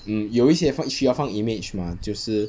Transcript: hmm 有一些放需要放 image mah 就是